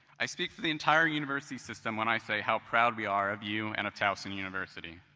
i speak for the entire university system when i say how proud we are of you and of towson university.